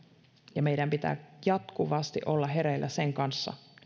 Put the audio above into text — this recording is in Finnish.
ja meidän pitää jatkuvasti olla hereillä sen kanssa